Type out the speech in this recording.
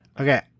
Okay